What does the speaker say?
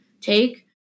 take